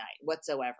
whatsoever